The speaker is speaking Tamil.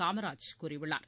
காமராஜ் கூறியுள்ளார்